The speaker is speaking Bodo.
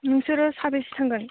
नोंसोरो साबेसे थांगोन